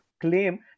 claim